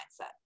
mindset